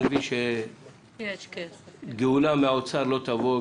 אני מבין שגאולה מהאוצר לא תבוא,